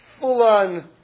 full-on